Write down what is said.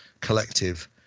collective